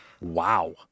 Wow